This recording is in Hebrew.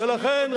ולכן,